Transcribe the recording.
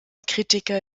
kritiker